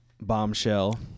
Bombshell